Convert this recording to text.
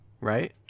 right